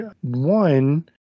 one